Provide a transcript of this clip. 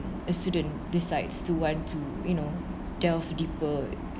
a student decides to want to you know delve deeper